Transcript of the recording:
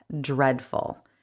dreadful